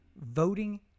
voting